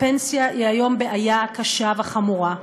הפנסיה היא היום בעיה קשה וחמורה.